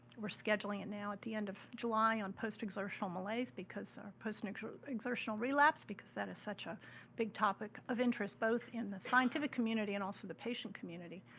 we're scheduling it now at the end of july on post-exertional malaise, because ah post-exertional post-exertional relapse, because that is such a big topic of interest, both in the scientific community and also the patient community.